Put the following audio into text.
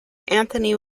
anthony